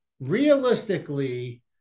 Realistically